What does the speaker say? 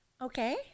Okay